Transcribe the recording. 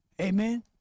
Amen